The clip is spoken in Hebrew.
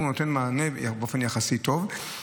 והוא נותן מענה באופן יחסית טוב.